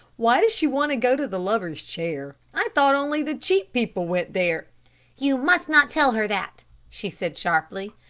why does she want to go to the lovers' chair? i thought only the cheap people went there you must not tell her that, she said sharply.